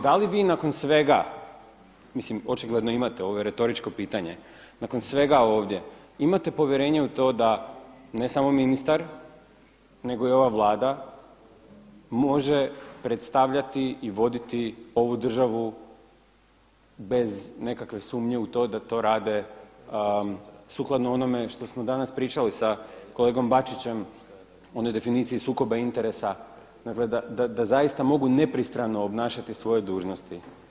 Da li vi nakon svega, mislim očigledno imate ovo je retoričko čitanje, nakon svega ovdje, imate povjerenje u to da ne samo ministar, nego i ova Vlada može predstavljati i voditi ovu državu bez nekakve sumnje u to da to rade sukladno onome što smo danas pričali sa kolegom Bačićem, onoj definiciji sukoba interesa, dakle da zaista mogu nepristrano obnašati svoje dužnosti.